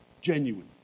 genuine